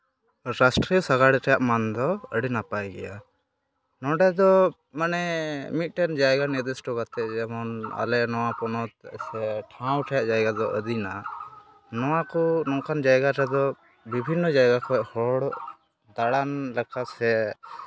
ᱨᱟᱥᱴᱨᱤᱭᱚ ᱥᱟᱸᱜᱟᱲ ᱨᱮᱭᱟᱜ ᱢᱟᱱ ᱫᱚ ᱟᱹᱰᱤ ᱱᱟᱯᱟᱭ ᱜᱮᱭᱟ ᱱᱚᱰᱮ ᱫᱚ ᱢᱟᱱᱮ ᱢᱤᱫᱴᱮᱱ ᱡᱟᱭᱜᱟ ᱱᱤᱨᱫᱤᱥᱴᱚ ᱠᱟᱛᱮᱫ ᱡᱮᱢᱚᱱ ᱟᱞᱮ ᱱᱚᱣᱟ ᱯᱚᱱᱚᱛ ᱥᱮ ᱴᱷᱟᱶ ᱴᱷᱮᱱ ᱡᱟᱭᱜᱟ ᱫᱚ ᱟᱹᱫᱤᱱᱟ ᱱᱚᱣᱟ ᱠᱚ ᱱᱚᱝᱠᱟᱱ ᱡᱟᱭᱜᱟ ᱨᱮᱫᱚ ᱵᱤᱵᱷᱤᱱᱱᱚ ᱡᱟᱭᱜᱟ ᱠᱷᱚᱱ ᱦᱚᱲ ᱫᱟᱬᱟᱱ ᱞᱮᱠᱟ ᱥᱮ